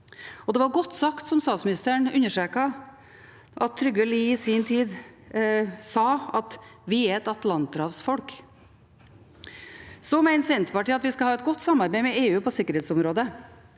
Det var godt sagt, som statsministeren understreket, det som Trygve Lie i sin tid sa, at vi er et atlanterhavsfolk. Senterpartiet mener at vi skal ha et godt samarbeid med EU på sikkerhetsområdet,